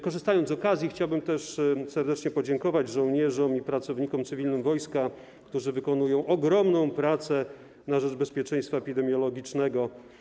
Korzystając z okazji, chciałbym też serdecznie podziękować żołnierzom i pracownikom cywilnym wojska, którzy wykonują ogromną pracę na rzecz bezpieczeństwa epidemiologicznego.